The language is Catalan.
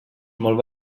molt